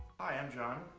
i'm jon.